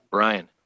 Brian